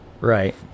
Right